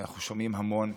שאנחנו שומעים המון: